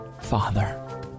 Father